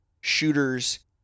shooters